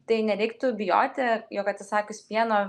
tai nereiktų bijoti jog atsisakius pieno